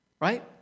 right